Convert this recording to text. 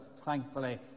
thankfully